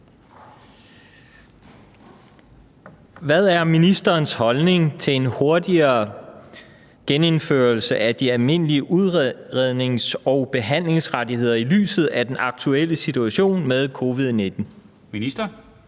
Hvad er ministerens holdning til en hurtigere genindførelse af de almindelige udrednings- og behandlingsrettigheder i lyset af den aktuelle situation med covid-19? Formanden